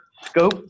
scope